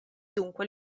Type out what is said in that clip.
dunque